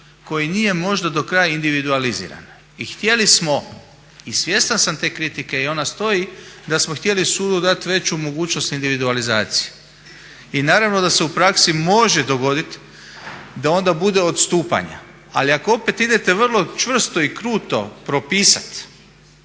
koji nije možda do kraja individualiziran. I htjeli smo i svjestan sam te kritike i ona stoji da smo htjeli sudu dali veću mogućnost individualizacije. I naravno da se u praksi može dogoditi da onda bude odstupanja. Ali ako opet idete vrlo čvrsto i kruto propisati